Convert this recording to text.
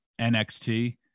NXT